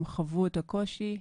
הם חוו את הקושי,